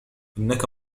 إنك